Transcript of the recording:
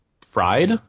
fried